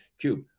cube